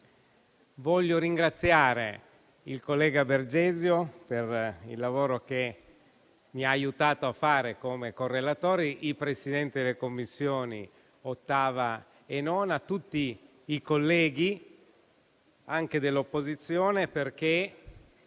Vorrei ringraziare il collega Bergesio, per il lavoro che mi ha aiutato a svolgere come correlatore, i Presidenti delle Commissioni 8a e 9a e tutti i colleghi, anche dell'opposizione, perché